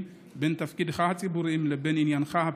בין תפקידיך הציבוריים לבין ענייניך הפרטיים".